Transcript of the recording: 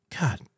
God